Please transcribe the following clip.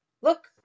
Look